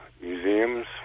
museums